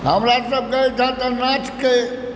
हमरासबके एहिठाम तऽ नाचके